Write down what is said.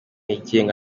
yigenga